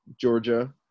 Georgia